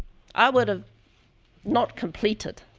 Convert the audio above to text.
i would have not complete it.